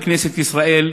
בכנסת ישראל,